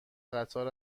قطار